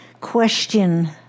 question